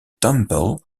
temple